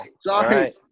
Sorry